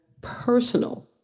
personal